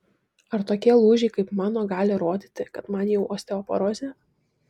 ar tokie lūžiai kaip mano gali rodyti kad man jau osteoporozė